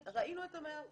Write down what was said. ראינו את המאה אחוז,